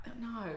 no